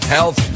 Health